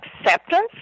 acceptance